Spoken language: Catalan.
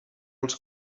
els